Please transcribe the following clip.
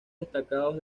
destacados